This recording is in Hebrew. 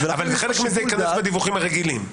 אבל חלק מזה ייכנס בדיווחים הרגילים.